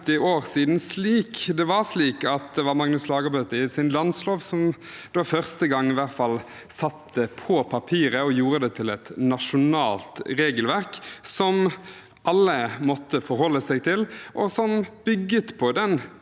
750 år siden at Magnus Lagabøte i sin landslov første gang satte den på papiret og gjorde den til et nasjonalt regelverk som alle måtte forholde seg til. Det bygget på den